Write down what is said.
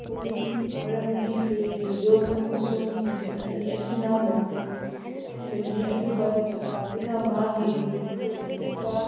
ꯍꯧꯋꯤ ꯃꯔꯝꯗꯤ ꯇ꯭ꯔꯦꯟꯒꯤ ꯋꯤꯜꯁ ꯑꯃꯁꯨꯡ ꯏꯟꯖꯤꯟ ꯑꯅꯤ ꯑꯁꯤꯅ ꯃꯈꯣꯜ ꯊꯣꯛꯍꯟꯕꯅꯤ ꯑꯗꯨꯒ ꯆꯀꯥꯗꯨꯅ ꯃꯥꯒꯤ ꯇ꯭ꯔꯦꯟ ꯇ꯭ꯔꯦꯛ ꯑꯗꯨꯗ